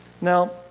Now